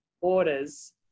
orders